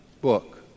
book